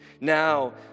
Now